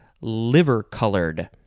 liver-colored